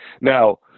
Now